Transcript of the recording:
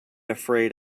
afraid